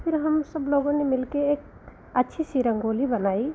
फिर हम सब लोगों ने मिल के एक अच्छी सी रंगोली बनाई